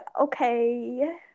okay